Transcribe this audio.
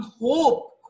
hope